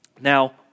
Now